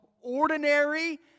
ordinary